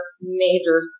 major